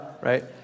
right